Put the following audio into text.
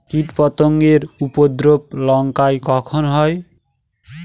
কীটপতেঙ্গর উপদ্রব লঙ্কায় কখন হয়?